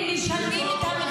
נו,